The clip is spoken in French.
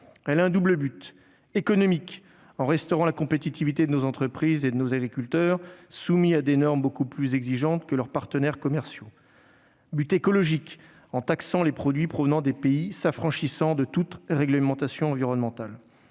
vise un double objectif : économique, par la restauration de la compétitivité de nos entreprises et de nos agriculteurs soumis à des normes beaucoup plus exigeantes que leurs partenaires commerciaux ; et écologique, par la taxation des produits provenant des pays s'affranchissant de toute réglementation environnementale.